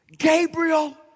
Gabriel